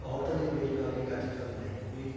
ਔਰਤ ਲਈ ਰੁਜ਼ਗਾਰੀ ਅੱਜ ਕੱਲ੍ਹ ਨਹੀਂ ਕੋਈ